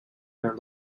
their